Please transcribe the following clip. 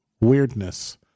weirdness